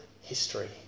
history